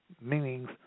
meanings